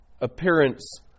appearance